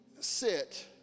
sit